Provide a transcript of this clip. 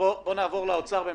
אז בואו נעבור לאוצר.